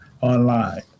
online